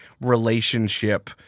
relationship